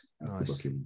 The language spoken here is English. nice